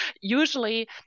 usually